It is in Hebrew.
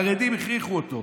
החרדים הכריחו אותו,